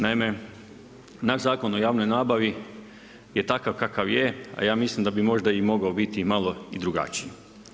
Naime, naš Zakon o javnoj nabavi je takav kakva je, a ja mislim da bi možda i mogao biti malo i drugačiji.